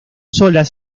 solas